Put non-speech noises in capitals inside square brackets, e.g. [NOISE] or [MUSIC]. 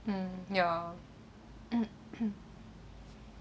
um ya [COUGHS]